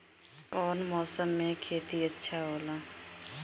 कौन मौसम मे खेती अच्छा होला?